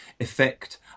effect